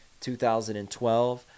2012